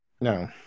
No